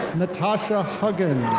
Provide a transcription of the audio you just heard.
natasha huggins.